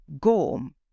Gorm